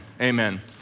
Amen